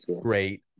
great